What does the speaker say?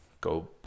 go